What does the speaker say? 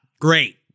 great